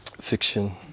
fiction